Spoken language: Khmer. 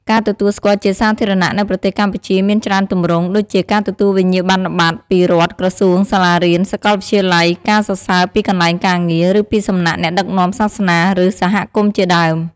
ការទទួលស្គាល់់ជាសាធារណៈនៅប្រទេសកម្ពុជាមានច្រើនទម្រង់ ដូចជាការទទួលវិញ្ញាបនបត្រពីរដ្ឋ ក្រសួង សាលារៀន សកលវិទ្យាល័យ ការសរសើរពីកន្លែងការងារ ឬពីសំណាក់អ្នកដឹកនាំសាសនា ឬ សហគមន៍ជាដើម។